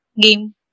Game